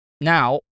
Now